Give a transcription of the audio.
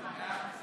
בעד ענבר בזק,